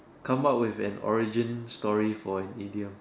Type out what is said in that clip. come out with an origin story for an idiom